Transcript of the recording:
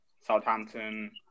Southampton